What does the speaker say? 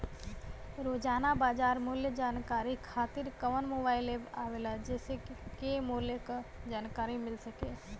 रोजाना बाजार मूल्य जानकारी खातीर कवन मोबाइल ऐप आवेला जेसे के मूल्य क जानकारी मिल सके?